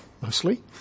mostly